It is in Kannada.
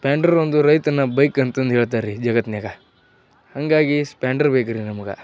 ಸ್ಪೆಂಡರ್ ಒಂದು ರೈತನ ಬೈಕ್ ಅಂತಂದು ಹೇಳ್ತಾರ್ ರೀ ಜಗತ್ತಿನ್ಯಾಗ ಹಾಗಾಗಿ ಸ್ಪೆಂಡರ್ ಬೇಕ್ರಿ ನಮ್ಗೆ